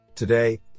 Today